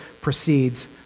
proceeds